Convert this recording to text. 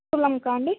తులంకా అండి